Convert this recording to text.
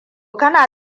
kana